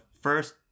first